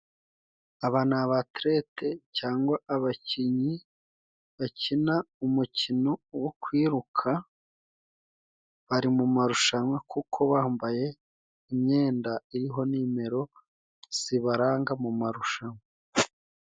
Aba ni abaterete cyangwa abakinyi bakina umukino wo kwiruka, bari mu mu marushanwa kuko bambaye imyenda iriho nimero zibaranga mu marushanwa.